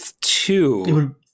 two